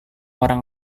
orang